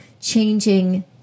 changing